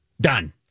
done